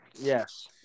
Yes